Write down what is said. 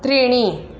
त्रीणि